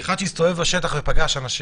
אני אומר את זה כאחד שהסתובב בשטח ופגש אנשים.